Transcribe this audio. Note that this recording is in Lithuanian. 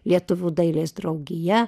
lietuvių dailės draugija